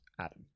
adam